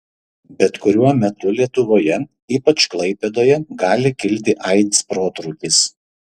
bet kuriuo metu lietuvoje ypač klaipėdoje gali kilti aids protrūkis